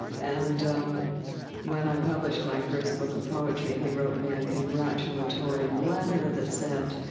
and when i published my first book of poetry, he wrote me a congratulatory letter that said,